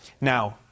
Now